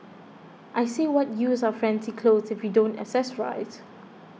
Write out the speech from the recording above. I say what use are fancy clothes if you don't accessorise